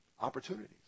Opportunities